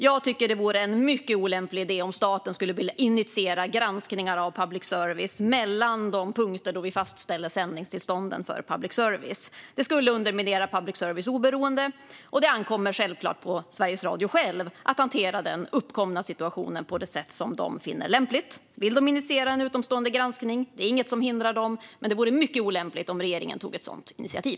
Jag tycker att det vore en mycket olämplig idé om staten skulle vilja initiera granskningar av public service mellan de punkter då vi fastställer sändningstillstånden för public service. Det skulle underminera public services oberoende, och det ankommer självklart på Sveriges Radio självt att hantera den uppkomna situationen på det sätt som de finner lämpligt. Vill de initiera en utomstående granskning finns det inget som hindrar dem, men det vore mycket olämpligt om regeringen tog ett sådant initiativ.